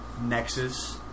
nexus